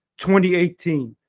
2018